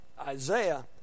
Isaiah